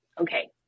okay